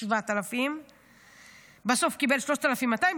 הוא קיבל 3,200,